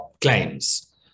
claims